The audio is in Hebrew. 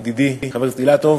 ידידי חבר הכנסת אילטוב: